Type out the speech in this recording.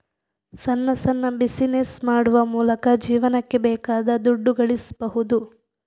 ಸಣ್ಣ ಸಣ್ಣ ಬಿಸಿನೆಸ್ ಮಾಡುವ ಮೂಲಕ ಜೀವನಕ್ಕೆ ಬೇಕಾದ ದುಡ್ಡು ಗಳಿಸ್ಬಹುದು